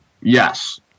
Yes